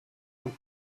und